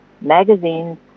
magazines